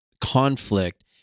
conflict